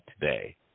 today